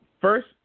first